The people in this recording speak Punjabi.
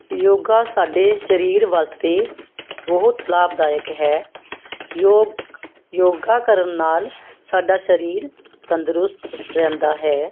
ਯੋਗਾ ਸਾਡੇ ਸਰੀਰ ਵਾਸਤੇ ਬਹੁਤ ਲਾਭਦਾਇਕ ਹੈ ਯੋਗ ਯੋਗਾ ਕਰਨ ਨਾਲ ਸਾਡਾ ਸਰੀਰ ਤੰਦਰੁਸਤ ਰਹਿੰਦਾ ਹੈ